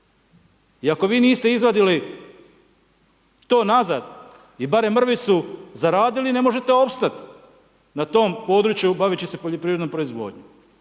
I ako vi niste izvadili to nazad i barem mrvicu zaradili, ne možete opstati, na tom području bavit će se poljoprivrednom proizvodnjom.